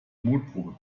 mutprobe